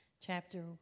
chapter